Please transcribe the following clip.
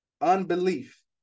unbelief